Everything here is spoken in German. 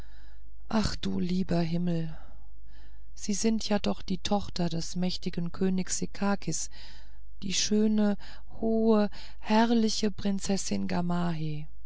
ach du lieber himmel sie sind ja doch die tochter des mächtigen königs sekakis die schöne hohe herrliche prinzessin